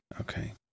Okay